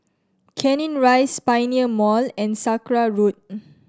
Canning Rise Pioneer Mall and Sakra Road